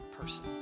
person